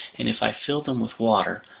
and if i fill them with water,